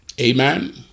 Amen